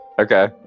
Okay